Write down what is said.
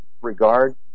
regard